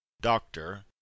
doctor